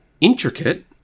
intricate